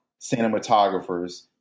cinematographers